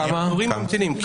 יש ממתינים.